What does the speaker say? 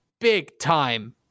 big-time